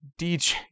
DJ